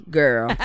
girl